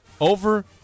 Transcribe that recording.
over